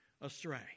astray